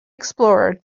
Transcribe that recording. explorer